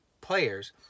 players